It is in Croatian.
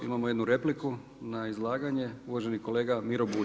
Imamo jednu repliku na izlaganje, uvaženi kolega Miro Bulj.